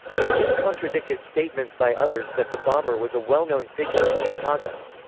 this contradicted statements by others that the bomber was a well-known figure in chicago.